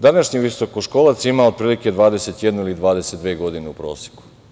Današnji visokoškolac ima otprilike 21 ili 22 godine, u proseku.